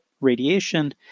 radiation